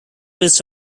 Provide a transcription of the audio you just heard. west